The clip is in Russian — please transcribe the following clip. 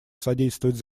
содействовать